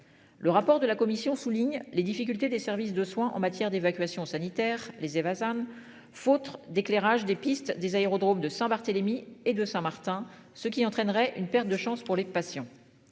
Le rapport de la commission souligne les difficultés des services de soins en matière d'évacuation sanitaire les Éva Sam faute d'éclairage des pistes, des aérodromes de Saint-Barthélemy et de Saint-Martin, ce qui entraînerait une perte de chance pour les patients.